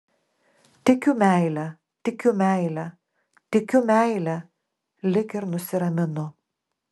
tikiu meile tikiu meile tikiu meile lyg ir nusiraminu